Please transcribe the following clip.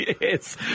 Yes